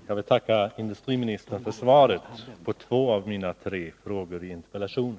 Herr talman! Jag vill tacka industriministern för svaret på två av mina tre frågor i interpellationen.